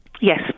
Yes